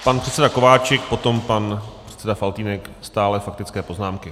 Pan předseda Kováčik, potom pan předseda Faltýnek, stále faktické poznámky.